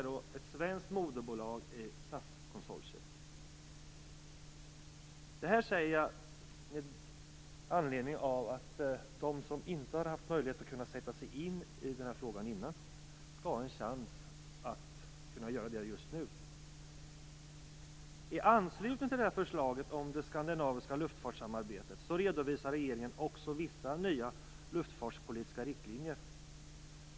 Detta säger jag för att de som tidigare inte haft möjlighet att sätta sig in i frågan skall ha en chans att göra det just nu. I anslutning till förslaget om det skandinaviska luftfartssamarbetet redovisar regeringen också vissa nya luftfartspolitiska riktlinjer.